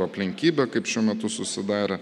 aplinkybė kaip šiuo metu susidarė